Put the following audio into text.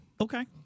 Okay